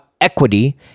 Equity